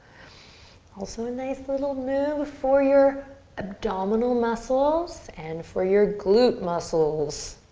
also a nice little move for your abdominal muscles and for your glute muscles.